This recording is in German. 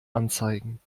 anzeigen